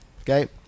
okay